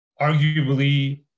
arguably